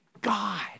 God